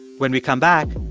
when we come back,